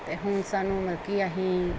ਅਤੇ ਹੁਣ ਸਾਨੂੰ ਮਲ ਕਿ ਅਸੀਂ